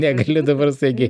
negaliu dabar staigiai